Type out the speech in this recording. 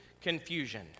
confusion